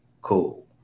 Cool